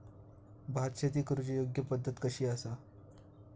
भात शेती करुची योग्य पद्धत कशी आसा?